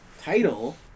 title